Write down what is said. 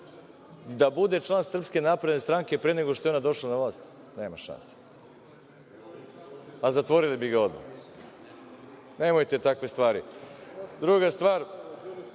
da bude član Srpske napredne stranke pre nego što je ona došla na vlast? Nema šanse. Odmah bi ga zatvorili. Nemojte takve stvari. Druga stvar